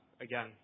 again